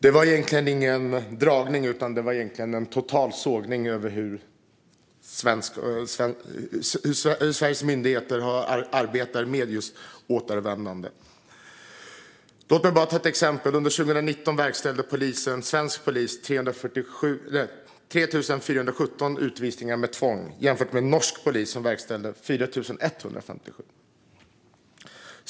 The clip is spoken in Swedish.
Det var egentligen ingen dragning, utan det var en totalsågning av hur Sveriges myndigheter arbetar med just återvändande. Låt mig bara ta ett exempel. Under 2019 verkställde svensk polis 3 417 utvisningar med tvång. Det kan jämföras med norsk polis, som verkställde 4 157.